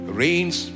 rains